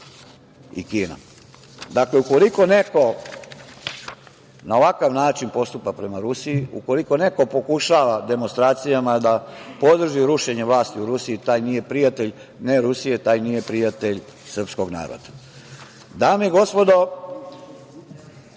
i Kina. Dakle, ukoliko neko na ovakav način postupa prema Rusiji, ukoliko neko pokušava demonstracijama da podrži rušenje vlasti u Rusiji, taj nije prijatelj ne Rusije, taj nije prijatelj srpskog naroda. Dame i gospodo,